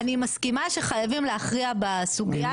אני מסכימה שחייבים להכריע בסוגייה הזאת.